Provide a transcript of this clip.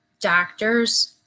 doctors